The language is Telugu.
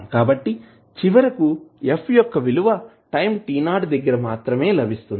కాబట్టి చివరకు f యొక్క విలువ టైం t 0 దగ్గర మాత్రమే లభిస్తుంది